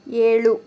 ಏಳು